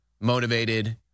motivated